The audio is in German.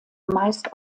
meist